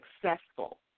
successful